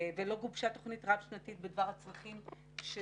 ולא גובשה תוכנית רב-שנתית בדבר הצרכים של